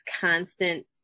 constant